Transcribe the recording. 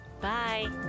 bye